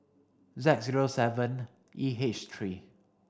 Z zero seven E H three